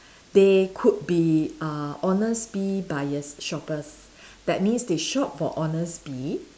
they could be err honestbee buyer shoppers that means they shop for honestbee